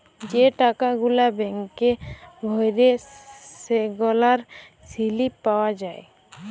যে টাকা গুলা ব্যাংকে ভ্যইরে সেগলার সিলিপ পাউয়া যায়